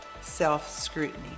self-scrutiny